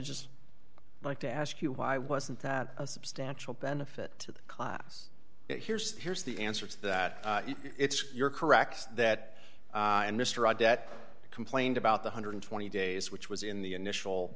just like to ask you why wasn't that a substantial benefit to the class here's here's the answer to that it's you're correct that and mr a debt complained about the one hundred and twenty days which was in the initial